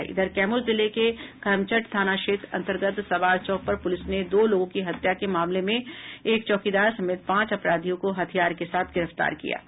कैमूर जिले के करमचट थाना क्षेत्र अंतर्गत सवार चौक पर पुलिस ने दो लोगों की हत्या के मामले में एक चौकीदार समेत पांच अपराधियों को हथियार के साथ गिरफ्तार किया है